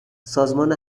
سازمان